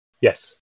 Yes